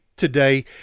today